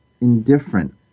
indifferent